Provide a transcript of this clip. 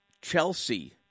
Chelsea